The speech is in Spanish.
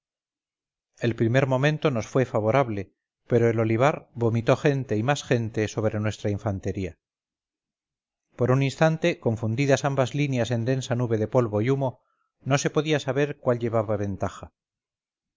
el primer momento nos fue favorable pero el olivar vomitó gente y más gente sobre nuestra infantería por un instante confundidas ambas líneas en densa nube de polvo y humo no se podía saber cuál llevaba ventaja